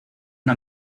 una